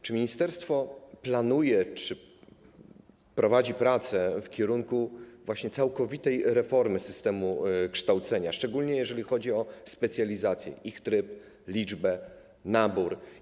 Czy ministerstwo planuje, czy prowadzi prace w kierunku całkowitej reformy systemu kształcenia, szczególnie jeżeli chodzi o specjalizacje, ich tryb, liczbę, nabór?